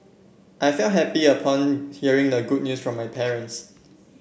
I felt happy upon hearing the good news from my parents